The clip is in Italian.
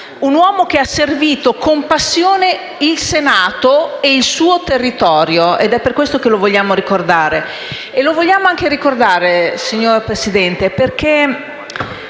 un uomo che ha servito con passione il Senato e il suo territorio. È per questo che lo vogliamo ricordare. Lo vogliamo anche ricordare, signora Presidente, perché